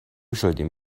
شدیم